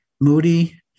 Moody